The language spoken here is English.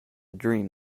dream